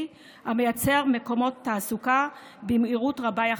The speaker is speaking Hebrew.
המייצר מקומות תעסוקה במהירות רבה יחסית.